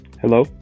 Hello